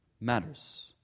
matters